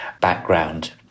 background